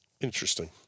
Interesting